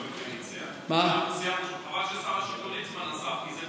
ליצמן עסק בזה.